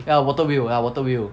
ya water wheel ya water wheel